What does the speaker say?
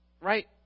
Right